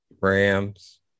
Rams